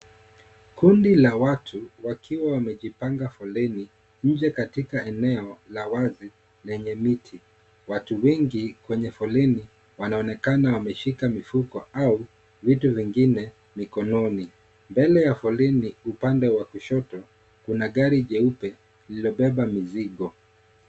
Kundi la watu wakiwa wamejipanga foleni nje katika eneo la wazi lenye miti. Watu wengi kwenye foleni wanaonekana wameshika mifuko au vitu vingine mikononi. Mbele ya foleni upande wa kushoto, kuna gari jeupe lililobeba mizigo.